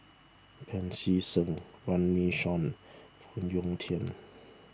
Pancy Seng Runme Shaw Phoon Yew Tien